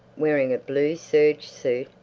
wearing a blue serge suit,